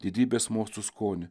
didybės mokslų skonį